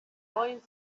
boyz